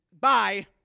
bye